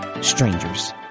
strangers